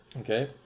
Okay